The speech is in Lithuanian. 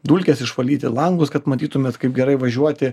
dulkes išvalyti langus kad matytumėt kaip gerai važiuoti